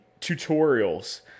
tutorials